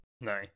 No